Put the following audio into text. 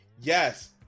Yes